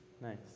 Nice